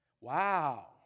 Wow